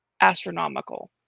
astronomical